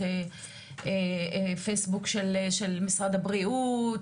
בפייסבוק של משרד הבריאות,